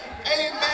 amen